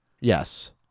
yes